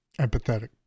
empathetic